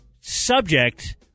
subject